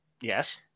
Yes